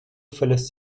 verlässt